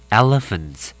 elephants